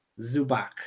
Zubak